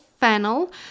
Fennel